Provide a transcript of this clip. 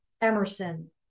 Emerson